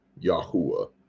Yahuwah